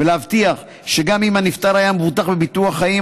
ולהבטיח שגם אם הנפטר היה מבוטח בביטוח חיים,